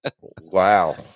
Wow